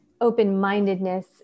open-mindedness